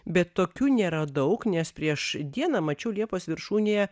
bet tokių nėra daug nes prieš dieną mačiau liepos viršūnėje